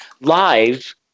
live